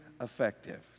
effective